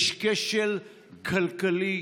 יש כשל כלכלי,